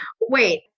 Wait